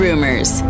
Rumors